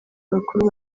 bakuru